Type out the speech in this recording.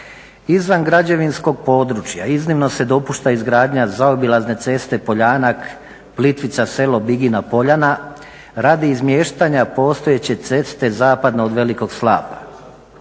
"Izvan građevinskog područja iznimno se dopušta izgradnja zaobilazne ceste Poljanak – Plitvica – selo Bigina Poljana radi izmiještanja postojeće ceste zapadno od velikog slapa.